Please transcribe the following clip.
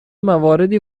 مواردی